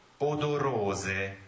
odorose